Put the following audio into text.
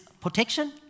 protection